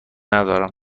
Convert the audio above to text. ندارم